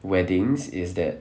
weddings is that